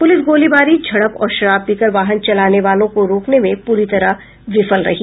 police गोलीबारी झड़प और शराब पीकर वाहन चलाने वालों को रोकने में प्ररी तरह विफल रही